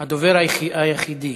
הדובר היחידי.